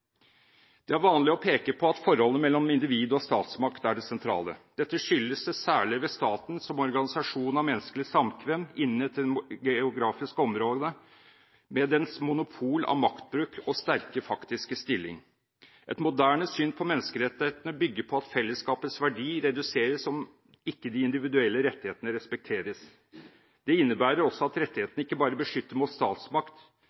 Det er vanlig å peke på at forholdet mellom individ og statsmakt er det sentrale. Dette skyldes det særlige ved staten som organisasjon av menneskelig samkvem innen et definert geografisk område, med dens monopol av maktbruk og sterke faktiske stilling. Et moderne syn på menneskerettene bygger på at fellesskapets verdi reduseres om ikke de individuelle rettighetene respekteres. Det innebærer også at